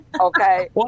Okay